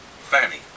Fanny